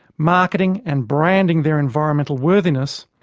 marketing and branding their environmental worthiness,